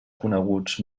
coneguts